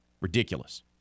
Ridiculous